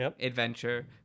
adventure